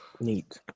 neat